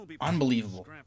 unbelievable